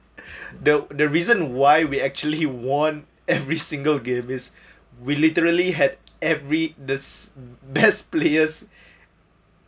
the the reason why we actually won every single game is we literally had every this best players